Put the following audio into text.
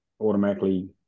automatically